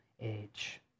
age